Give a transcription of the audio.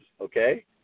okay